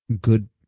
good